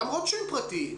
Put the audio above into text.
למרות שהם פרטיים.